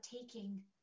taking